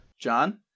John